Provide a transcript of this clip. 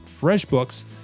FreshBooks